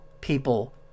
People